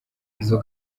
izo